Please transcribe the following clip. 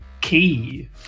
Key